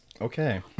okay